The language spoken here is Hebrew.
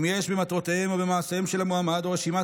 אם יש במטרותיהם או במעשיהם של המועמד או רשימת